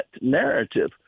narrative